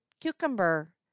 cucumber